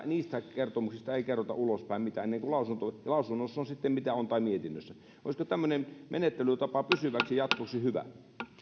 niistä kertomuksista ei kerrota ulospäin mitään lausunnossa on sitten mitä on tai mietinnössä olisiko tämmöinen menettelytapa pysyväksi jatkoksi hyvä